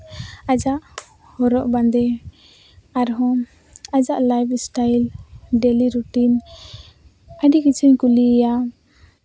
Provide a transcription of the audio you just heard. ᱟᱡᱟᱜ ᱦᱚᱨᱚᱜ ᱵᱟᱸᱫᱮ ᱟᱨᱦᱚᱸ ᱟᱡᱟᱜ ᱞᱟᱭᱤᱯᱷ ᱥᱴᱟᱭᱤᱞ ᱰᱮᱞᱤ ᱨᱩᱴᱤᱝ ᱟᱹᱰᱤ ᱠᱤᱪᱷᱩᱧ ᱠᱩᱞᱤᱭᱮᱭᱟ